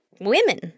women